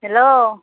hello